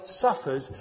suffers